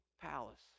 palace